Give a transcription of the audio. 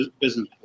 business